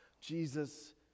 Jesus